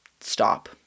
stop